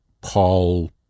Paul